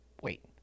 Wait